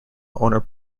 owner